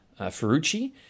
Ferrucci